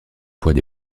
poids